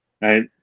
right